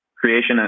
creation